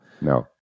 No